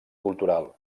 cultural